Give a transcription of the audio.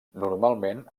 normalment